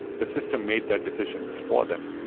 the system made that decision for them.